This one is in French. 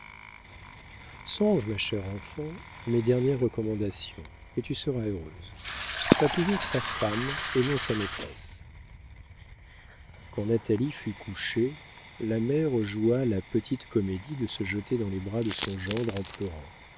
songe ma chère enfant à mes dernières recommandations et tu seras heureuse sois toujours sa femme et non sa maîtresse quand natalie fut couchée la mère joua la petite comédie de se jeter dans les bras de son gendre en pleurant